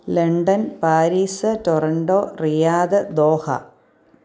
London Paris Toronto Riyadh Doha